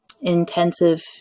intensive